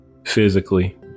Physically